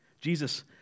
Jesus